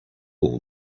all